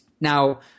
Now